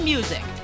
Music